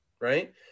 right